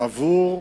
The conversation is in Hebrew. עבור החיסונים.